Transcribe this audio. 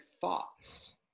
thoughts